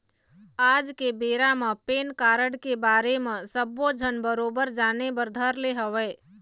आज के बेरा म पेन कारड के बारे म सब्बो झन बरोबर जाने बर धर ले हवय